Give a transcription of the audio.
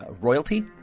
royalty